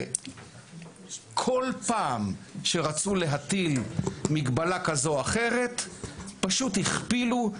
כל פעם כשרצו להטיל מגבלה כאת או אחרת פשוט הכפילו,